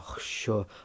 sure